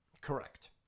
Correct